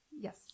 Yes